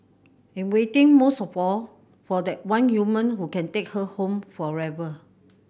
and waiting most of all for that one human who can take her home forever